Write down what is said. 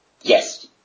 yes